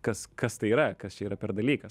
kas kas tai yra kas čia yra per dalykas